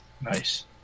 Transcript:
nice